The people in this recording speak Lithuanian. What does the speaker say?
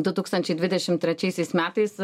du tūkstančiai dvidešimt trečiaisiais metais